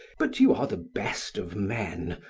but you are the best of men.